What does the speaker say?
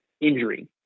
injury